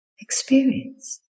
experience